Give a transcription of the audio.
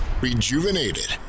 Rejuvenated